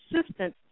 assistance